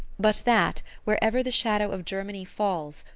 but that, wherever the shadow of germany falls,